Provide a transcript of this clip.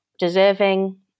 deserving